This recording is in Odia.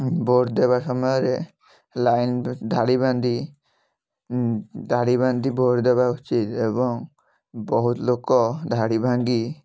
ଭୋଟ ଦେବା ସମୟରେ ଲାଇନ୍ ବ ଧାଡ଼ି ବାନ୍ଧି ଧାଡ଼ି ବାନ୍ଧି ଭୋଟ ଦେବା ଉଚିତ ଏବଂ ବହୁତ ଲୋକ ଧାଡ଼ି ଭାଙ୍ଗି